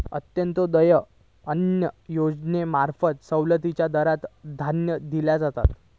अंत्योदय अन्न योजनेंमार्फत सवलतीच्या दरात धान्य दिला जाता